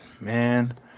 Man